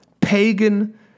pagan